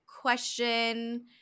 question